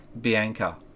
Bianca